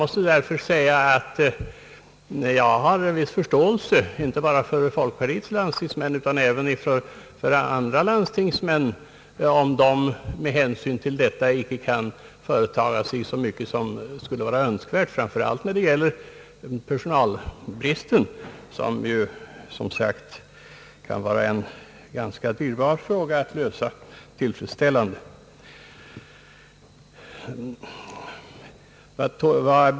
Just därför har jag viss förståelse inte bara för folkpartiets utan även för andra landstingsmän, om de med hänsyn till detta inte kan företa sig så mycket som skulle vara önskvärt, framför allt när det gäller personalbristen, vilken kan vara en ganska dyrbar fråga att lösa tillfredsställande.